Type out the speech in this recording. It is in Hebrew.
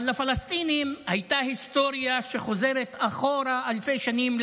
אבל לפלסטינים הייתה היסטוריה שחוזרת אחורה אלפי שנים,